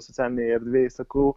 socialinėje erdvėj sakau